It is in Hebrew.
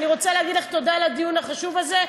אני רוצה להגיד לך תודה על הדיון החשוב הזה,